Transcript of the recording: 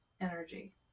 energy